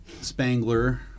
Spangler